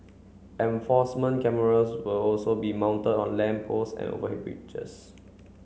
enforcement cameras will also be mounted on lamp post and overhead bridges